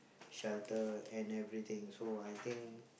shelter and everything so I think